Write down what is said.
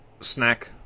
snack